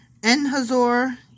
Enhazor